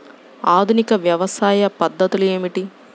ఆధునిక వ్యవసాయ పద్ధతులు ఏమిటి?